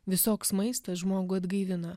visoks maistas žmogų atgaivina